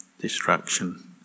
destruction